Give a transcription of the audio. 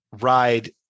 ride